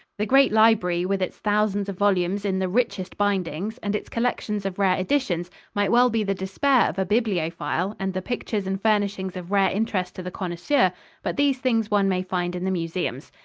the great library, with its thousands of volumes in the richest bindings and its collections of rare editions, might well be the despair of a bibliophile and the pictures and furnishings of rare interest to the connoisseur but these things one may find in the museums.